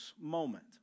moment